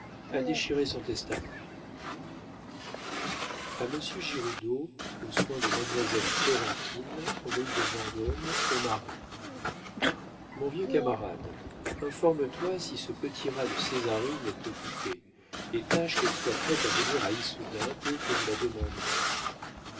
a déchiré son testament a monsieur giroudeau aux soins de mademoiselle florentine rue de vendôme au marais mon vieux camarade informe toi si ce petit rat de césarine est occupée et tâche qu'elle soit prête à venir à issoudun dès que je la demanderai